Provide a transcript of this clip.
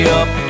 up